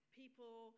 people